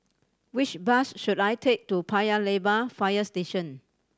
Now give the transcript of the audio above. which bus should I take to Paya Lebar Fire Station